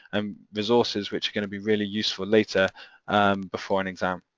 um resources which are gonna be really useful later before an exam.